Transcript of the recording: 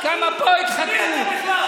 חתיכת חצוף.